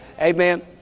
Amen